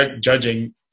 judging